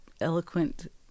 eloquent